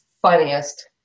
funniest